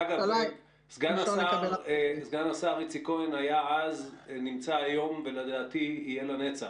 סגן השר איציק כהן היה אז ונמצא היום ולדעתי יהיה לנצח.